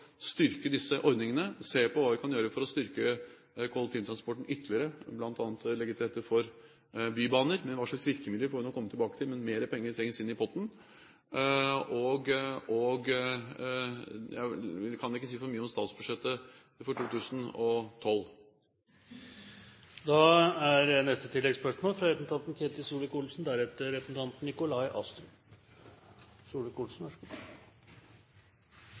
styrke disse ordningene, se på hva vi kan gjøre for å styrke kollektivtransporten ytterligere, bl.a. legge til rette for bybaner. Hva slags virkemidler vi skal sette inn, får jeg komme tilbake til, men mer penger trengs inn i potten. Jeg kan ikke si for mye om statsbudsjettet for